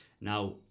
Now